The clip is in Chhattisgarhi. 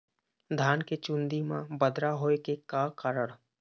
धान के चुन्दी मा बदरा होय के का कारण?